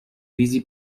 wizji